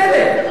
לא בסדר.